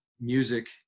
music